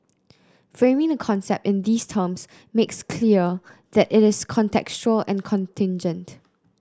framing the concept in these terms makes clear that it is contextual and contingent